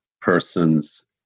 persons